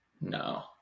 No